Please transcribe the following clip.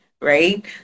right